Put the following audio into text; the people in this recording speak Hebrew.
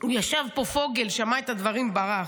ישב פה פוגל, שמע את הדברים, ברח.